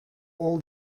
all